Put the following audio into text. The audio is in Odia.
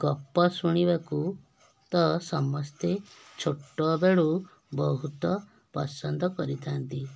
ଗପ ଶୁଣିବାକୁ ତ ସମସ୍ତେ ଛୋଟବେଳୁ ବହୁତ ପସନ୍ଦ କରିଥାଆନ୍ତି